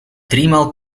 driemaal